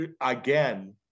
again